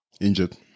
injured